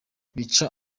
bica